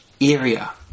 area